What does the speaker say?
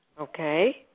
Okay